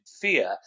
fear